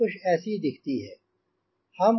यह कुछ ऐसी दिखती है